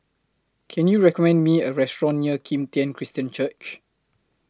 Can YOU recommend Me A Restaurant near Kim Tian Christian Church